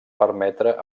permetre